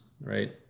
right